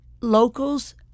Locals